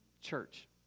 Church